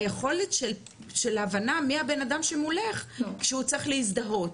ביכולת של ההבנה מי הבנאדם שמולך כשהוא צריך להזדהות.